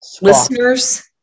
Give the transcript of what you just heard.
listeners